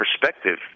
perspective